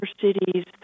cities